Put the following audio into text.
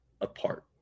apart